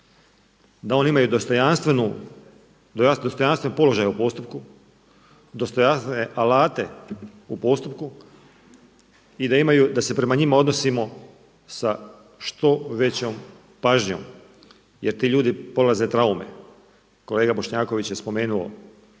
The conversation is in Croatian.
jedan dostojanstven položaj u postupku, dostojanstvene alate u postupku i da imaju, da se prema njima odnosima sa što većom pažnjom jer ti ljudi prolaze traume. Kolega Bošnjaković je spomenuo